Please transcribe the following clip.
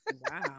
wow